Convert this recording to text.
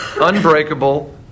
unbreakable